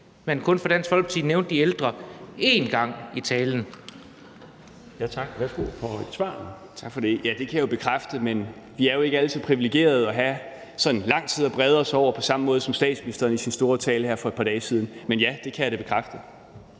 at man fra Dansk Folkepartis side kun nævnte de ældre én gang i talen.